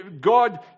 God